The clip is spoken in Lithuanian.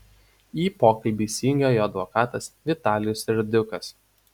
į pokalbį įsijungė jo advokatas vitalijus serdiukas